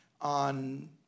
on